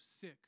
sick